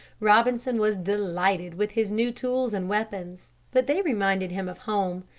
robinson was delighted with his new tools and weapons. but they reminded him of home.